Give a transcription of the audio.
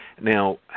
Now